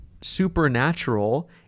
supernatural